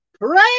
pray